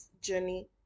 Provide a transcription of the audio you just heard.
journey